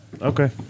Okay